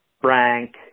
Frank